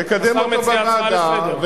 תקדם אותה בוועדה,